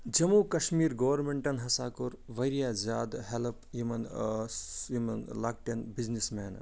جموں کشمیٖر گورمٮ۪نٛٹن ہَسا کوٚر وارِیاہ زیادٕ ہٮ۪لٕپ یِمن یِمن لۄکٹٮ۪ن بِزنِس مٮ۪نن